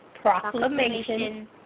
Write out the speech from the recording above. Proclamation